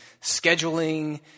scheduling